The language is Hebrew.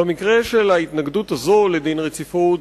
במקרה של ההתנגדות הזאת לדין רציפות,